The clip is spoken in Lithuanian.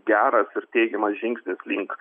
geras ir teigiamas žingsnis link